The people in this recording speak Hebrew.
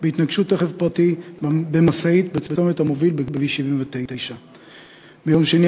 בהתנגשות רכב פרטי במשאית בצומת המוביל בכביש 79. ביום שני,